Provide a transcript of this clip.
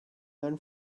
learn